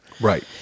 right